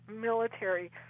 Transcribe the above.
military